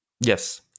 Yes